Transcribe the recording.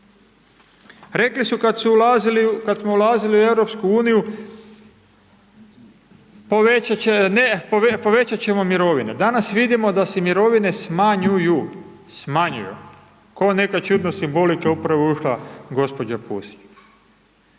Rekli su kad smo ulazili u EU povećat ćemo mirovine, danas vidimo da se mirovine smanjuju, smanjuju, koja neka čudna simbolika upravo je ušla gđa. Pusić.